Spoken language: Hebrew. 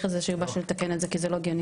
בקשה לתקן את זה כי זה כבר לא הגיוני,